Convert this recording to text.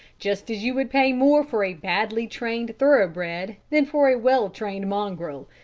just as you would pay more for a badly-trained thoroughbred than for a well-trained mongrel.